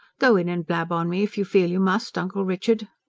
go in and blab on me if you feel you must, uncle richard.